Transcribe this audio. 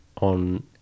on